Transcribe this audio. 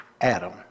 Adam